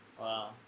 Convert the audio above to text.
Wow